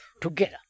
together